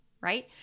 right